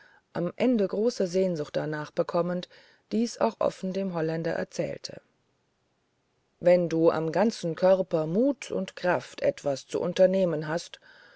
am ende große sehnsucht darnach bekommend dies auch offen dem holländer erzählte wenn du im ganzen körper mut und kraft etwas zu unternehmen hattest